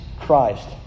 Christ